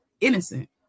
innocent